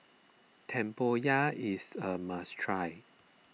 Tempoyak is a must try